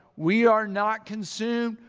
we are not consumed.